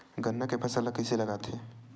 गन्ना के फसल ल कइसे लगाथे?